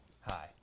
Hi